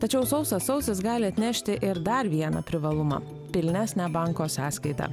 tačiau sausas sausis gali atnešti ir dar vieną privalumą pilnesnę banko sąskaitą